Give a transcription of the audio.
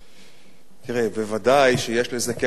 בוודאי שיש לזה קשר ליחסי חוץ,